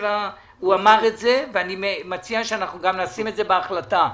אמר את זה ואני מציע שנשים את זה בהחלטה.